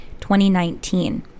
2019